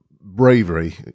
bravery